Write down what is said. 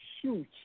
huge